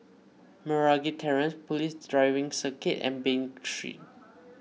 Meragi Terrace Police Driving Circuit and Bain Street